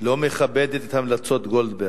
לא מכבדת את המלצות ועדת-גולדברג,